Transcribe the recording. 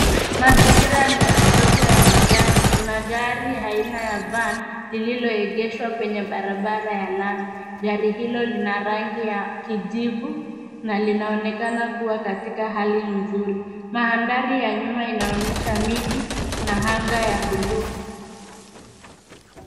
Mazingira ni ya soko ya magari kuna gari aina ya van lililoegesho kwenye barabara ya lami, gari hilo lina rangi ya kijivu na linaonekana kuwa katika hali nzuri, mandari ya nyuma inaonesha miti na anga ya buluu.